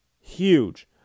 huge